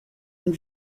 and